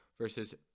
Versus